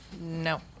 No